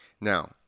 Now